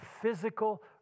physical